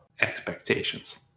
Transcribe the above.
expectations